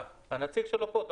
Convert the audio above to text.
הנציג שלו כאן.